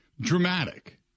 dramatic